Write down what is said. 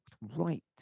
right